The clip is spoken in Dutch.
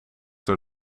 door